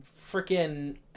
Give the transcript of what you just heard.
freaking